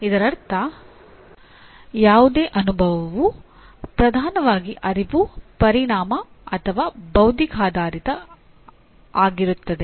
ಇದರರ್ಥ ಯಾವುದೇ ಅನುಭವವು ಪ್ರಧಾನವಾಗಿ ಅರಿವು ಪರಿಣಾಮ ಅಥವಾ ಬೌದ್ಧಿಕಾಧಾರಿತ ಆಗಿರುತ್ತದೆ